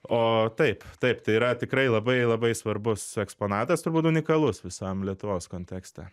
o taip taip tai yra tikrai labai labai svarbus eksponatas turbūt unikalus visam lietuvos kontekste